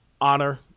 honor